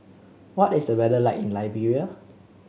what is the weather like in Liberia